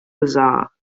bizarre